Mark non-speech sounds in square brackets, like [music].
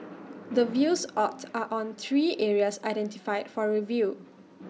[noise] the views sought are on three areas identified for review